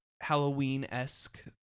Halloween-esque